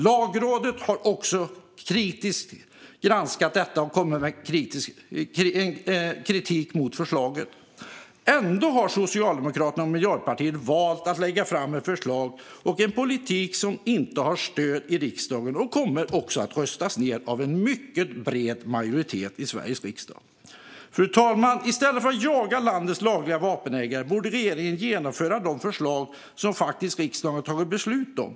Lagrådet har granskat det och kommit med kritik mot förslaget. Ändå har Socialdemokraterna och Miljöpartiet valt att lägga fram ett förslag och en politik som inte har stöd i riksdagen och som kommer att röstas ned av en mycket bred majoritet. Fru talman! I stället för att jaga landets lagliga vapenägare borde regeringen genomföra de förslag som riksdagen tagit beslut om.